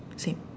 same